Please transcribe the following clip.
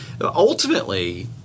ultimately